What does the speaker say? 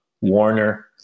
Warner